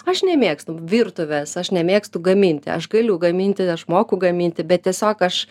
aš nemėgstu virtuvės aš nemėgstu gaminti aš galiu gaminti aš moku gaminti bet tiesiog aš